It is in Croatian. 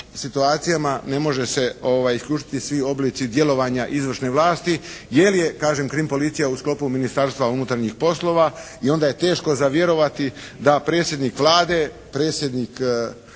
situacijama ne može se isključiti svi oblici djelovanja izvršne vlasti jer je kažem krim policija u sklopu Ministarstva unutarnjih poslova i onda je teško za vjerovati da predsjednik Vlade, predsjednik